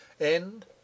End